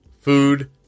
food